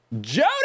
Jody